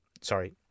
sorry